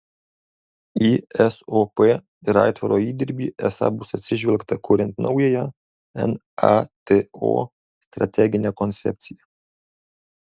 į sop ir aitvaro įdirbį esą bus atsižvelgta kuriant naująją nato strateginę koncepciją